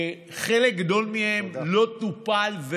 חלק גדול מהם לא טופלו,